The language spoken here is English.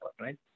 right